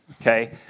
okay